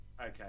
Okay